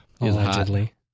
Allegedly